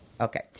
Okay